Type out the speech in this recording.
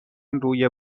روی